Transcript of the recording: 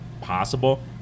possible